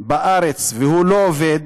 בארץ ולא עובד,